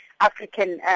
African